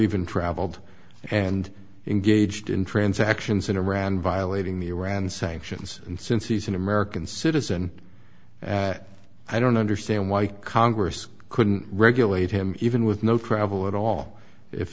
even traveled and engaged in transactions in iran violating the iran sanctions and since he's an american citizen i don't understand why congress couldn't regulate him even with no travel at all if